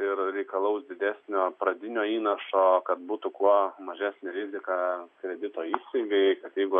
ir reikalaus didesnio pradinio įnašo kad būtų kuo mažesnė rizika kredito įstaigai kad jeigu